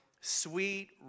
sweet